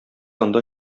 анда